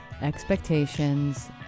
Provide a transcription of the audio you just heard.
expectations